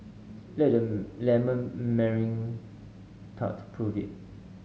let the lemon meringue tart prove it